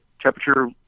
temperature